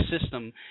system